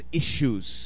issues